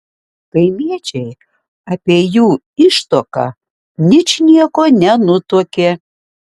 kaimiečiai apie jų ištuoką ničnieko nenutuokė